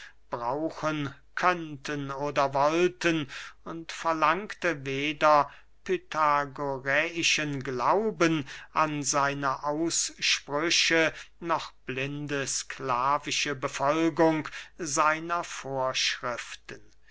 brauchen könnten oder wollten und verlangte weder pythagoräischen glauben an seine aussprüche noch blinde sklavische befolgung seiner vorschriften